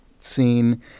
scene